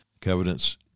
Covenants